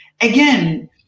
Again